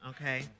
okay